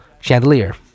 chandelier